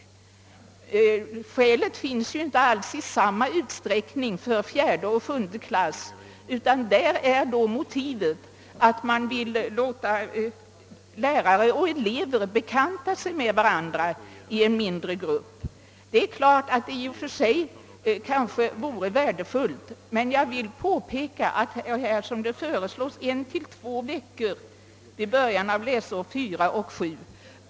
Det skälet gäller ju inte alls i samma utsträckning för fjärde och sjunde klasserna, utan där skulle motivet vara att man vill låta lärare och elever bekanta sig med varandra i en mindre grupp. Det är klart att detta i och för sig kanske vore värdefullt, men jag vill påpeka att det rör sig om en till två veckor vid läsårets början i klasserna 4 och 7.